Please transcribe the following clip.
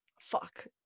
Fuck